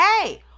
hey